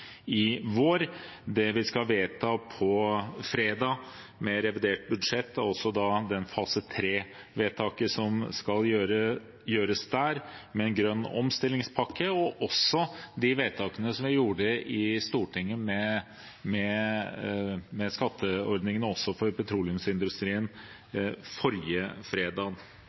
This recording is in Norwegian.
skal vedta på fredag – i revidert budsjett og fase 3-vedtaket som skal gjøres der med en grønn omstillingspakke – og de vedtakene som vi gjorde i Stortinget med skatteordningene for petroleumsindustrien forrige fredag.